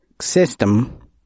system